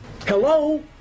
Hello